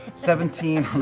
seventeen from